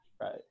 right